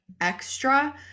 extra